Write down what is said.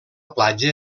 platja